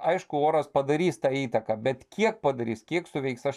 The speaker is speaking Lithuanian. aišku oras padarys tą įtaką bet kiek padarys kiek suveiks aš